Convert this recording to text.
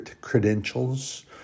credentials